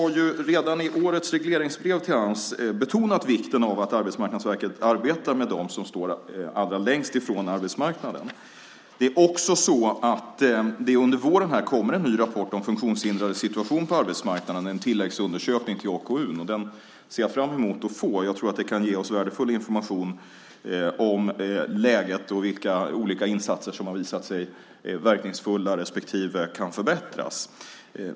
Redan i årets regleringsbrev för Ams har vi betonat vikten av att Arbetsmarknadsverket arbetar med dem som står allra längst från arbetsmarknaden. Under våren kommer också en ny rapport om funktionshindrades situation på arbetsmarknaden. Undersökningen är ett tillägg till AKU. Den ser jag fram emot att få. Jag tror att den kan ge oss värdefull information om läget och om vilka olika insatser som har visat sig verkningsfulla och om vilka som kan förbättras.